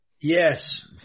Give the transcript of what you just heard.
Yes